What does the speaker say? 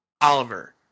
Oliver